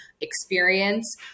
experience